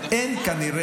אין כנראה,